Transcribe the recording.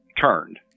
turned